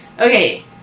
Okay